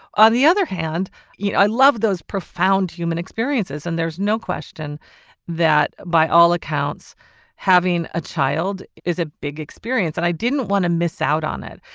on the other hand you know i love those profound human experiences and there's no question that by all accounts having a child is a big experience and i didn't want to miss out on it.